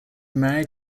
married